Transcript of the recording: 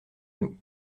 nous